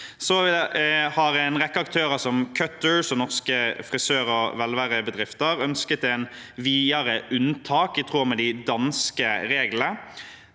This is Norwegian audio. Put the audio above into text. En rekke aktører, som Cutters og Norske frisør- og velværebedrifter, har ønsket et videre unntak, i tråd med de danske reglene.